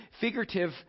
figurative